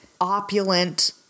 opulent